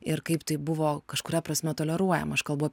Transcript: ir kaip tai buvo kažkuria prasme toleruojama aš kalbu